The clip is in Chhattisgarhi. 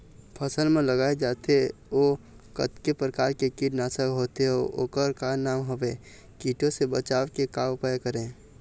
फसल म लगाए जाथे ओ कतेक प्रकार के कीट नासक होथे अउ ओकर का नाम हवे? कीटों से बचाव के का उपाय करें?